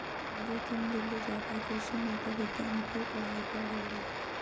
राजू तुम दिल्ली जाकर कृषि मृदा विज्ञान के पढ़ाई को आगे बढ़ाओ